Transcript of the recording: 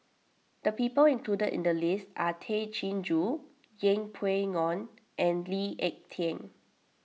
the people included in the list are Tay Chin Joo Yeng Pway Ngon and Lee Ek Tieng